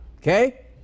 okay